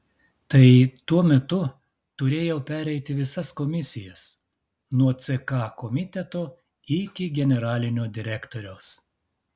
tai tuo metu turėjau pereiti visas komisijas nuo ck komiteto iki generalinio direktoriaus